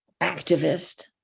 activist